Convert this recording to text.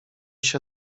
się